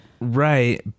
Right